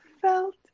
felt